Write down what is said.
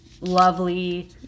lovely